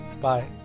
Bye